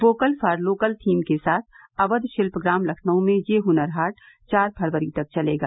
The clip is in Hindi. वोकल फॉर लोकल थीम के साथ अवध शिल्प ग्राम लखनऊ में यह हुनर हाट चार फरवरी तक चलेगा